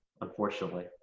unfortunately